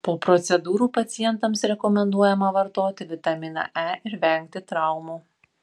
po procedūrų pacientams rekomenduojama vartoti vitaminą e ir vengti traumų